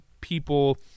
people